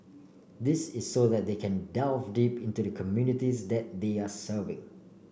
this is so that they can delve deep into the communities that they are serving